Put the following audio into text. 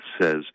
says